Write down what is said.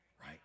right